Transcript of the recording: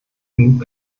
genug